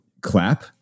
clap